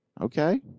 Okay